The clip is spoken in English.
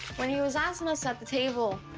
when he was asking us at the table,